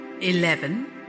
eleven